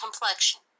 complexion